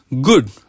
Good